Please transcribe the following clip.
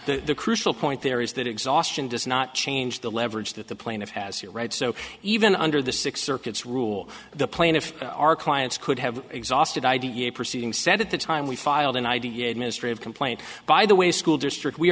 the crucial point there is that exhaustion does not change the leverage that the plaintiff has to read so even under the six circuits rule the plaintiff our clients could have exhausted idea a proceeding said at the time we filed an idea administrative complaint by the way school district